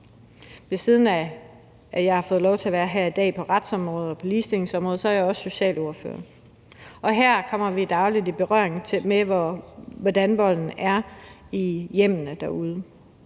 Ved siden af at jeg har fået lov at være her i dag på retsområdet og på ligestillingsområdet, er jeg også socialordfører, og her kommer vi dagligt i berøring med, hvordan volden er i hjemmene derude.